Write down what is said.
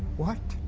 what?